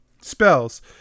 Spells